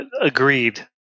Agreed